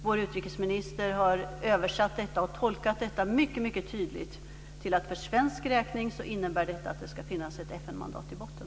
Vår utrikesminister har översatt detta, och tolkat detta, mycket tydligt till att det för svensk räkning innebär att det ska finnas ett FN-mandat i botten.